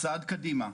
'צעד קדימה',